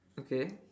okay